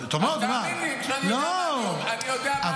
אז תאמין לי שאני יודע מה אני אומר גם כשאני מתפלל.